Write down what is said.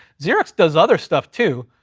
xerox does other stuff too,